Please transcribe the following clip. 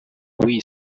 w’iyi